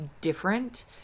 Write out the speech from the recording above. different